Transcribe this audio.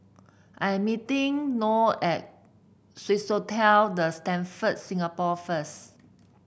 I am meeting Noe at Swissotel The Stamford Singapore first